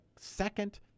second